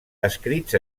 escrits